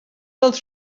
dals